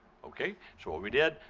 okay, so what we did,